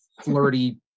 flirty